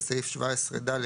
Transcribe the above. בסעיף 17ד,